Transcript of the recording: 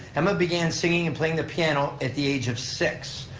emma began singing and playing the piano at the age of six.